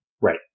Right